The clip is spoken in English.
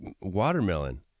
watermelon